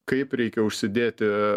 kaip reikia užsidėti